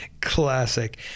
Classic